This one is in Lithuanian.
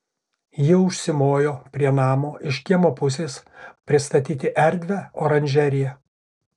ji užsimojo prie namo iš kiemo pusės pristatyti erdvią oranžeriją